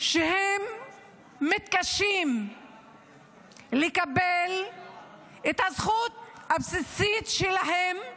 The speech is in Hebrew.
שמתקשים לקבל את הזכות הבסיסית שלהם,